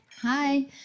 Hi